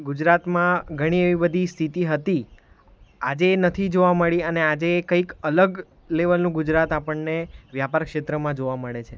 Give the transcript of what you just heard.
ગુજરાતમાં ઘણી એવી બધી સ્થિતિ હતી આજે એ નથી જોવા મળી અને આજે એ કંઈક અલગ લેવલનું ગુજરાત આપણને વ્યાપાર ક્ષેત્રમાં જોવા મળે છે